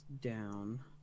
down